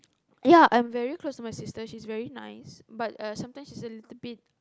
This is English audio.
ya I'm very close to my sister she's very nice but uh sometimes she's a little bit